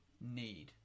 need